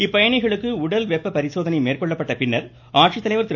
இப்பயணிகளுக்கு உடல் வெப்ப பரிசோதனை மேற்கொள்ளப்பட்ட பின்னர் ஆட்சித்தலைவர் திரு